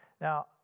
Now